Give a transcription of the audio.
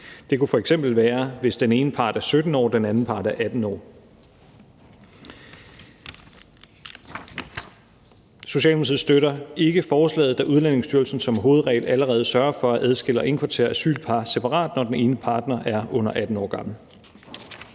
Det kunne f.eks. være, hvis den ene part er 17 år og den anden part er 18 år. Socialdemokratiet støtter ikke forslaget, da Udlændingestyrelsen som hovedregel allerede sørger for at adskille og indkvartere asylpar separat, når den ene partner er under 18 år gammel.